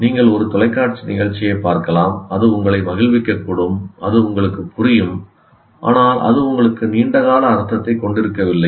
நீங்கள் ஒரு தொலைக்காட்சி நிகழ்ச்சியைப் பார்க்கலாம் அது உங்களை மகிழ்விக்கக்கூடும் அது உங்களுக்குப் புரியும் ஆனால் அது உங்களுக்கு நீண்ட கால அர்த்தத்தைக் கொண்டிருக்கவில்லை